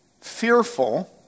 fearful